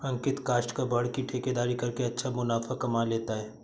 अंकित काष्ठ कबाड़ की ठेकेदारी करके अच्छा मुनाफा कमा लेता है